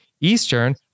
Eastern